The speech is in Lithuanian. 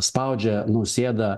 spaudžia nausėda